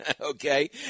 Okay